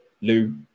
Lou